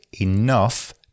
enough